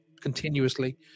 continuously